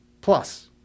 plus